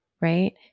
right